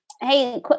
Hey